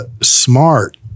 smart